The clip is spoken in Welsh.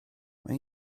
mae